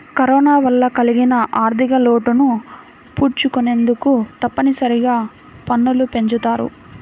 corona వల్ల కలిగిన ఆర్ధికలోటును పూడ్చుకొనేందుకు తప్పనిసరిగా పన్నులు పెంచుతారు